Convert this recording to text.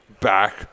back